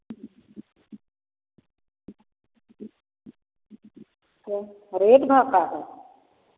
rate भाव का है